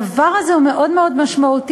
הדבר הזה הוא מאוד מאוד משמעותי,